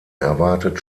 erwartet